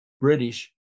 British